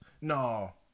no